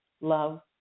love